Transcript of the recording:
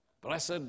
Blessed